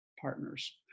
partners